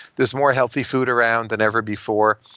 there's more healthy food around than ever before.